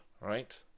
right